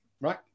Right